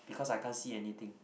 because I can't see anything